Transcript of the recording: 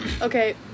Okay